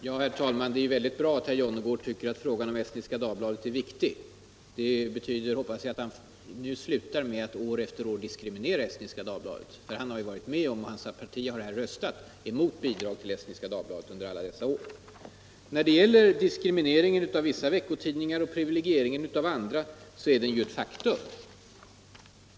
Herr talman! Det är bra att herr Jonnergård tycker att frågan om Estniska Dagbladet är viktig. Jag hoppas att det betyder att hans parti nu slutar med att diskriminera Estniska Dagbladet. Hans parti har under alla dessa år röstat mot bidrag till Estniska Dagbladet. Diskrimineringen av vissa veckotidningar och privilegieringen av andra är ett faktum.